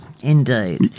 Indeed